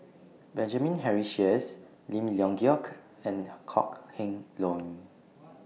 Benjamin Henry Sheares Lim Leong Geok and Kok Heng Leun